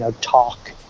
talk